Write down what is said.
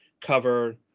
cover